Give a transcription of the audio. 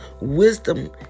Wisdom